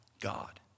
God